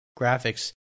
graphics